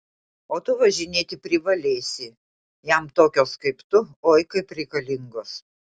o tu važinėti privalėsi jam tokios kaip tu oi kaip reikalingos